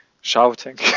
shouting